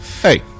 Hey